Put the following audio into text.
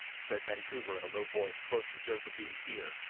said vancouver in a low voice close to josephine's ear.